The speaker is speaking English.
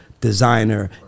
designer